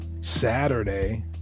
Saturday